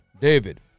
David